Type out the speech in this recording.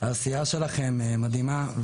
שהעשייה שלכם היא מדהימה,